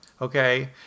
Okay